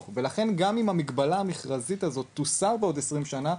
ולכן גם אם המגבלה המכרזית הזאת תוסר בעוד 20 שנה,